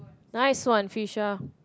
nice one Phisha